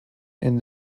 and